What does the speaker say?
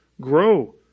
grow